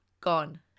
Gone